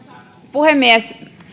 puhemies